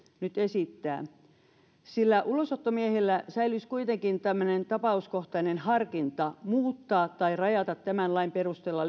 nyt esittää että ulosottomiehillä säilyisi kuitenkin tämmöinen tapauskohtainen harkinta muuttaa tai rajata tämän lain perusteella